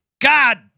God